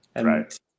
Right